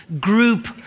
group